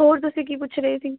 ਹੋਰ ਤੁਸੀਂ ਕੀ ਪੁੱਛ ਰਹੇ ਸੀ